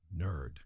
Nerd